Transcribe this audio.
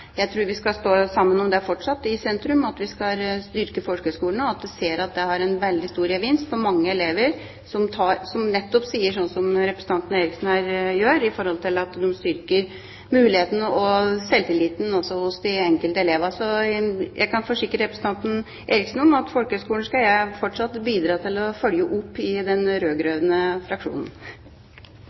Jeg tror vi fortsatt skal stå sammen i sentrum om å styrke folkehøyskolene. Vi ser at det har en veldig stor gevinst for mange elever, som nettopp sier, som representanten Eriksen her gjør, at folkehøyskolene styrker mulighetene og selvtilliten hos den enkelte elev. Jeg kan forsikre representanten Eriksen om at jeg fortsatt skal bidra til å følge opp folkehøyskolen i den rød-grønne fraksjonen.